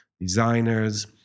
designers